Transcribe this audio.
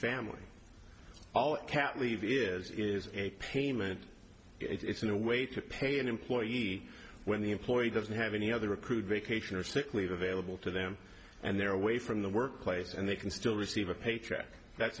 family all it can't leave it is is a payment it's in a way to pay an employee when the employee doesn't have any other accrued vacation or sick leave available to them and they're away from the workplace and they can still receive a paycheck that's